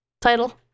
title